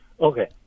Okay